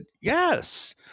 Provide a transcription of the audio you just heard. yes